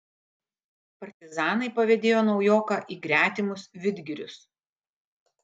partizanai pavedėjo naujoką į gretimus vidgirius